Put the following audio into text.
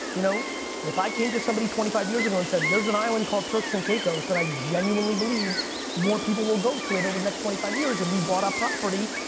you know if i came to somebody twenty five years ago and said there's an island called turks and caicos that i genuinely believed more people will go to it over the next twenty five years and we bought up property,